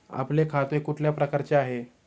आपले खाते कुठल्या प्रकारचे आहे?